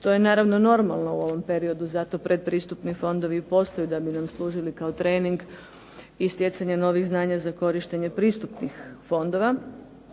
što je naravno normalno u ovom periodu. Zato predpristupni fondovi i postoje da bi nam služili kao trening i stjecanje novih znanja za korištenje pristupnih fondova.